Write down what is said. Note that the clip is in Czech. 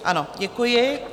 Ano, děkuji.